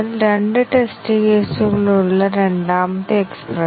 white box testing ടെക്നിക്കുകൾ ധാരാളം ഉണ്ടെന്ന് ഞാൻ പറഞ്ഞതുപോലെ